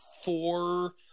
four